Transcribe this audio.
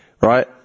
right